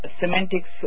semantics